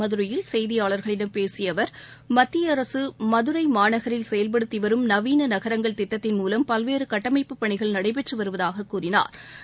மதுரையில் செய்தியாளர்களிடம் பேசிய அவர் மத்திய அரசு மதுரை மாநகரில் செயல்படுத்தி வரும் நவீன நகரங்கள் திட்டத்தின் மூலம் பல்வேறு கட்டமைப்பு பணிகள் நடைபெற்று வருவதாக கூறினாா்